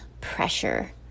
pressure